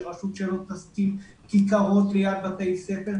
שרשות של תשים כיכרות ליד בתי ספר,